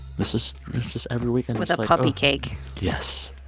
this is just every weekend. with a puppy cake yes.